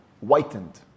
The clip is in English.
whitened